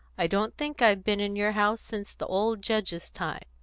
i don't think i've been in your house since the old judge's time.